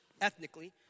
ethnically